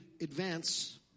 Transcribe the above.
advance